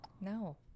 No